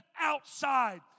outside